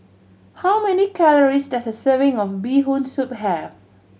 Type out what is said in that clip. how many calories does a serving of Bee Hoon Soup have